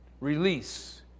release